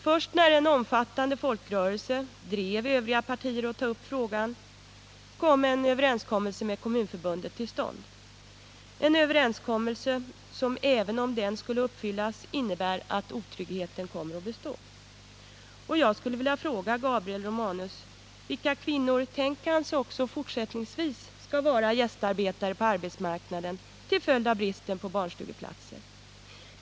Först när en omfattande folkrörelse drev övriga partier att ta upp frågan kom en överenskommelse med Kommunförbundet till stånd — en överenskommelse som, även om den skulle uppfyllas, innebär att otryggheten kommer att bestå. Jag skulle vilja fråga Gabriel Romanus: Vilka kvinnor, tänker han sig, skall också fortsättningsvis vara gästarbetare på arbetsmarknaden till följd av bristen på barnstugeplatser?